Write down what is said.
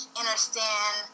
understand